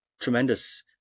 tremendous